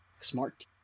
smart